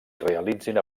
realitzin